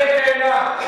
עלה תאנה.